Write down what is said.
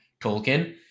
Tolkien